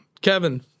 Kevin